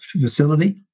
facility